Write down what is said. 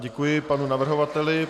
Děkuji panu navrhovateli.